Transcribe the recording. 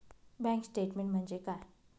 Bank statement म्हणजे काय?